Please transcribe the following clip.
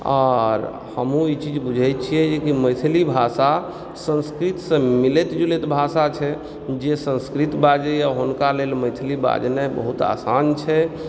आओर हमहु ई चीज बुझै छियै जे कि मैथिली भाषा संस्कृतसॅं मिलैत जुलैत भाषा छै जे संस्कृत बाजैया हुनका लेल मैथिली बजनाइ बहुत आसान छै